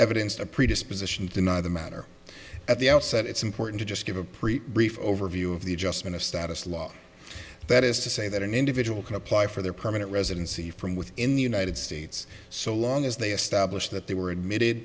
evidence to a predisposition to deny the matter at the outset it's important to just give a brief brief overview of the adjustment of status law that is to say that an individual can apply for their permanent residency from within the united states so long as they establish that they were admitted